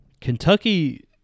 Kentucky